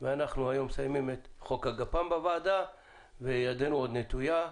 והיום אנחנו מסיימים את חוק הגפ"ם בוועדה וידינו עוד נטויה.